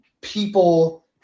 people